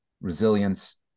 resilience